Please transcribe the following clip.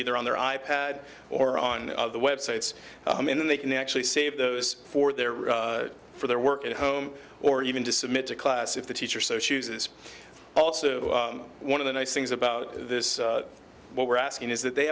either on their i pad or on the web sites and then they can actually save those for their for their work at home or even to submit to class if the teacher so shoes is also one of the nice things about this what we're asking is that they